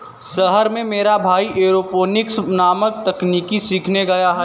शहर में मेरा भाई एरोपोनिक्स नामक तकनीक सीखने गया है